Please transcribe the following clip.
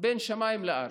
בין שמיים לארץ.